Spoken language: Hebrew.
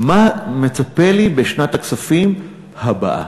מה מצפה לי בשנת הכספים הבאה.